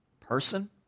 person